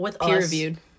Peer-reviewed